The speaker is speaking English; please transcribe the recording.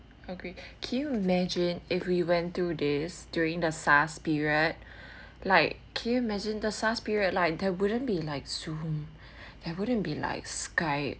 agree can you imagine if we went through this during the SARS period like can you imagine the SARS period like there wouldn't be like zoom there wouldn't be like skype